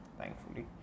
thankfully